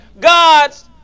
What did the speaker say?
God's